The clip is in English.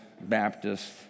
Baptist